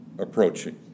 approaching